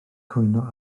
cwyno